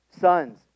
sons